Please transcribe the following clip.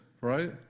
right